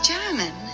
German